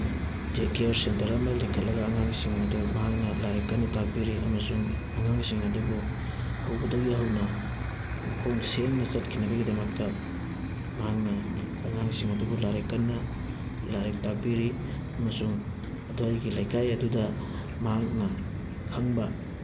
ꯗꯦ ꯀꯤꯌꯥꯔ ꯁꯟꯇꯔ ꯑꯃ ꯂꯤꯡꯈꯠꯂꯒ ꯑꯉꯥꯡꯁꯤꯡ ꯑꯗꯨ ꯃꯍꯥꯛꯅ ꯂꯥꯏꯔꯤꯛ ꯀꯟꯅ ꯇꯥꯛꯄꯤꯔꯤ ꯑꯃꯁꯨꯡ ꯑꯉꯥꯡꯁꯤꯡ ꯑꯗꯨꯕꯨ ꯍꯧꯕꯗꯒꯤ ꯍꯧꯅ ꯃꯈꯣꯡ ꯁꯦꯡꯅ ꯆꯠꯈꯤꯅꯕꯒꯤꯗꯃꯛꯇ ꯃꯍꯥꯛꯅ ꯑꯉꯥꯡꯁꯤꯡ ꯑꯗꯨꯕꯨ ꯂꯥꯏꯔꯤꯛ ꯀꯟꯅ ꯂꯥꯏꯔꯤꯛ ꯇꯥꯛꯄꯤꯔꯤ ꯑꯃꯁꯨꯡ ꯑꯗꯨꯋꯥꯏꯒꯤ ꯂꯩꯀꯥꯏ ꯑꯗꯨꯗ ꯃꯍꯥꯛꯅ ꯈꯪꯕ